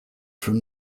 from